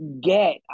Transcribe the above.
get